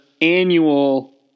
annual